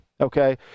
okay